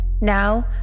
Now